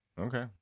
Okay